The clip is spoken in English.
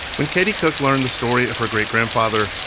when katie cook learned the story of her great-grandfather,